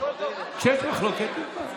כשיש מחלוקת, היא תקבע.